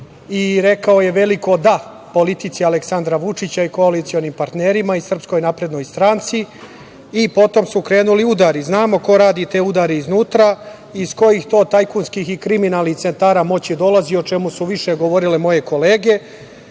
i rekao je veliko da politici Aleksandra Vučića i koalicionim partnerima i SNS-u. Potom su krenuli udari. Znamo ko radi te udare iznutra, iz kojih to tajkunskih i kriminalnih centara moći dolazi, o čemu su više govorile moje kolege,